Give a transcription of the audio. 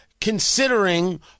considering